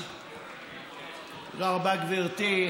תודה רבה, גברתי.